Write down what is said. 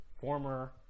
former